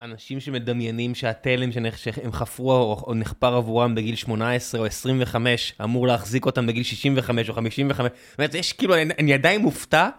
אנשים שמדמיינים שהתלם שהם חפרו או נחפר עבורם בגיל 18 או 25 אמור להחזיק אותם בגיל 65 או 55 זאת אומרת, יש כאילו, אני עדיין מופתע...